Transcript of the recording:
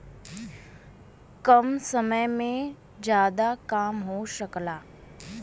कम समय में जादा काम हो सकला